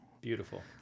Beautiful